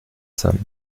sind